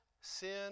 sin